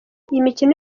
imikino